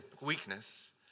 weakness